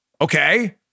Okay